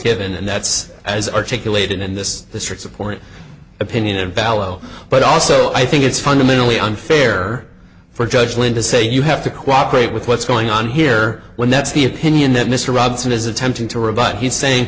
given and that's as articulated in this district support opinion in ballo but also i think it's fundamentally unfair for judge lynn to say you have to cooperate with what's going on here when that's the opinion that mr robinson is attempting to rebut he's saying